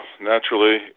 naturally